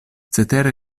cetere